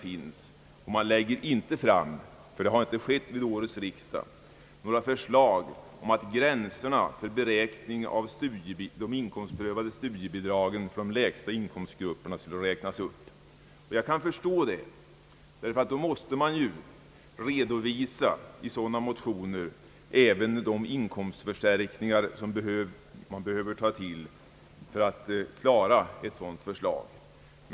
Man lägger inte fram några förslag — det har i varje fall inte skett vid årets riksdag — om att höja gränserna för beräkning av de inkomstprövade studiebidragen för de lägsta inkomstgrupperna. Jag kan förstå det, ty i sådana motioner måste man ju redovisa även de inkomstförstärkningar som man behöver ta till för att motivera ett sådant förslag.